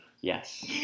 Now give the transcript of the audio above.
Yes